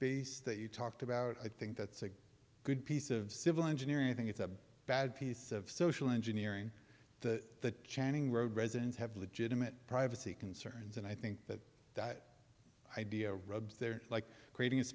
base that you talked about i think that's a good piece of civil engineering i think it's a bad piece of social engineering the channing road residents have legitimate privacy concerns and i think that that idea rubs there like creating